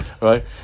right